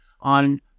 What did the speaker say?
on